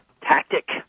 tactic